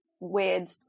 weird